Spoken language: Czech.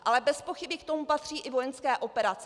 Ale bezpochyby k tomu patří i vojenské operace.